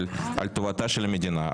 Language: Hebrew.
על טובתה של המדינה.